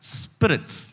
spirits